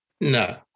No